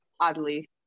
oddly